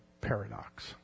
paradox